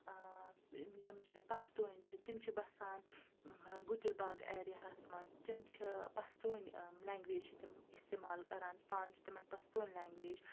یِم یِم چھےٚ پَستوٗنۍ چھِ تِم چھِ بَسان گُجِر باغ ایریا ہَس منٛز تِم چھِ پَستوٗنۍ لینٛگویج چھِ تِم استعمال کَران پانہٕ چھِ تِمَن پستوٗنۍ لینٛگویج